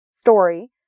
story